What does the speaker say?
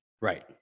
Right